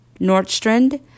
Nordstrand